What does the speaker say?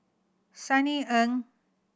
Sunny Ang